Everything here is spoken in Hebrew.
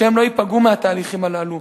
לא ייפגעו מהתהליכים הללו.